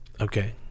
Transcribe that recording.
Okay